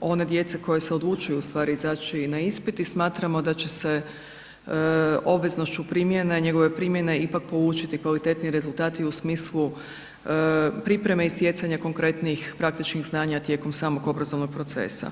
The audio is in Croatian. one djece koja se odlučuju ustvari izaći na ispit i smatramo da će se obveznošću primjene, njegove primjene ipak polučiti kvalitetniji rezultati u smislu pripreme i stjecanja konkretnih praktičnih znanja tijekom samog obrazovnog procesa.